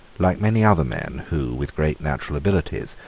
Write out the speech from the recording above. like many other men who, with great natural abilities,